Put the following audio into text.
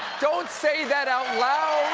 don't say that outloud!